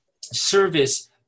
service